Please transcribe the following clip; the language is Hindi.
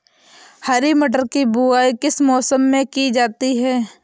हरी मटर की बुवाई किस मौसम में की जाती है?